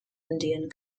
indian